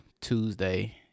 Tuesday